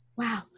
Wow